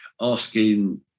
asking